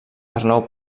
arnau